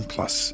Plus